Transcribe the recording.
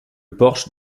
porche